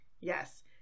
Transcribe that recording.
Yes